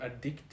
addictive